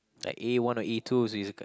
like A one or A twos